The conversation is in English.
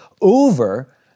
over